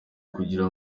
kugira